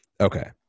Okay